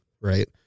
Right